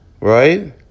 Right